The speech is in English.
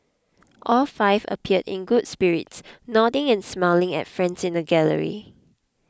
all five appeared in good spirits nodding and smiling at friends in the gallery